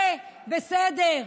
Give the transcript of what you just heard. זה בסדר.